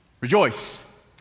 Rejoice